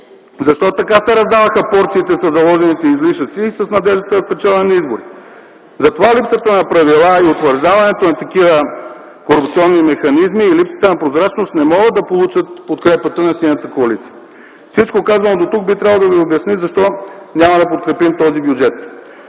Защо така се раздаваха порциите със заложените излишъци и с надеждата за спечелване на избори? Затова липсата на правила, утвърждаването на такива корупционни механизми и липсата на прозрачност не могат да получат подкрепата на Синята коалиция. Всичко казано дотук би трябвало да ви обясни защо няма да подкрепим този бюджет,